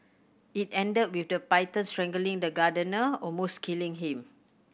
it ended with the python strangling the gardener almost killing him